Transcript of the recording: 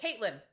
Caitlin